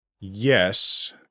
Yes